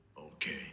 Okay